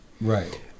Right